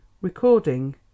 Recording